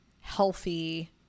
healthy